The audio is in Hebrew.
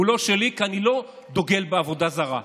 הוא לא שלי, כי אני לא דוגל בעבודה זרה.